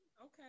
okay